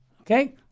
Okay